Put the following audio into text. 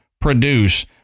produce